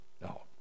No